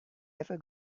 ever